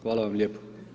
Hvala vam lijepo.